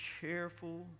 careful